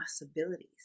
possibilities